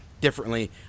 differently